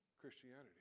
Christianity